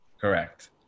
correct